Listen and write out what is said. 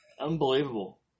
Unbelievable